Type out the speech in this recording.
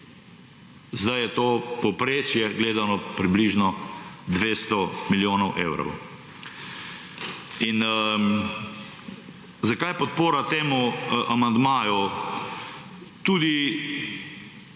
Zdaj je to povprečje gledano, približno, 200 milijonov evrov. In, zakaj podpora temu amandmaju. Tudi,